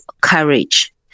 courage